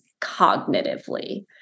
cognitively